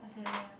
ya